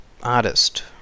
Artist